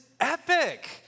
epic